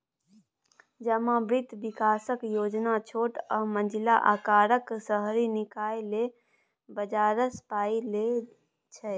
जमा बित्त बिकासक योजना छोट आ मँझिला अकारक शहरी निकाय लेल बजारसँ पाइ लेल छै